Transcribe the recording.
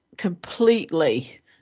completely